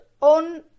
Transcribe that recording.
on